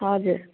हजुर